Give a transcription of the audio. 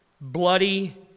bloody